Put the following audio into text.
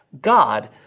God